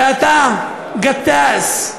ואתה, גטאס,